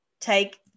take